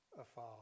afar